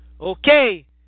okay